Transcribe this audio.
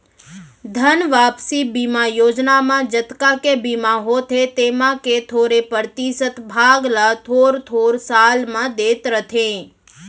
धन वापसी बीमा योजना म जतका के बीमा होथे तेमा के थोरे परतिसत भाग ल थोर थोर साल म देत रथें